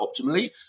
optimally